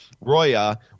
Roya